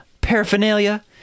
paraphernalia